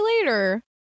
later